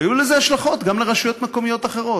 היו לזה השלכות גם על רשויות מקומיות אחרות.